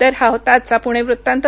तर हा होता आजचा पुणे वृत्तांत